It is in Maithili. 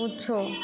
किछु